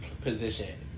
position